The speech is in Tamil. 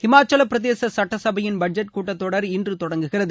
ஹிமாச்சலப் பிரதேச சட்டசபையின் பட்ஜெட் கூட்டத் தொடர் இன்று தொடங்குகிறது